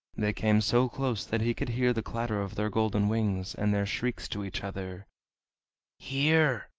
they came so close that he could hear the clatter of their golden wings, and their shrieks to each other here,